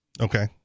Okay